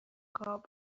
قاب